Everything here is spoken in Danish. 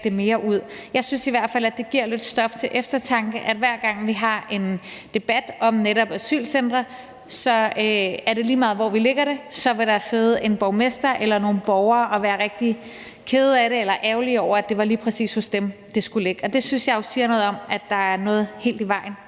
det mere ud? Jeg synes i hvert fald, at det giver lidt stof til eftertanke, at hver gang vi har en debat om netop asylcentre, vil der, lige meget hvor vi lægger dem, sidde en borgmester eller nogle borgere og være rigtig kede af det eller ærgerlige over, at det lige præcis var hos dem, det skulle ligge. Det synes jeg jo siger noget om, at der er noget i vejen